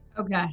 Okay